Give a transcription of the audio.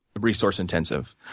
Resource-intensive